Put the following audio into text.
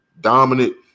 dominant